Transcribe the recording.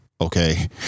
okay